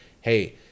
hey